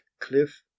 cliff